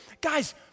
guys